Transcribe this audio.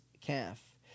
calf